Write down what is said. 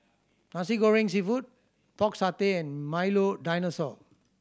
Nasi Goreng Seafood Pork Satay and Milo Dinosaur